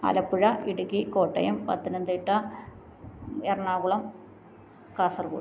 Alappuzha Idukki Kottayam Pathanamthitta Ernakulam Kasaragod